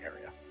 area